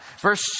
verse